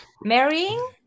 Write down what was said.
Marrying